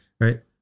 Right